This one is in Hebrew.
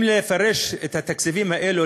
אם לפרש את התקציבים האלה,